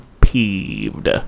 peeved